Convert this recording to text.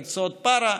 מקצועות פארה,